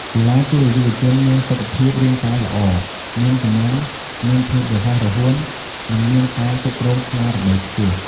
កីឡាជួយឲ្យយុវជនមានសុខភាពរាង្គកាយល្អ មានកម្លាំង មានភាពរហ័សរហួន និងមានការគ្រប់គ្រងស្មារតីខ្ពស់។